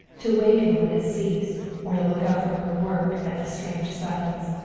to waken when it ceased or to look up from her work at the strange silence.